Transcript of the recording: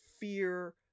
fear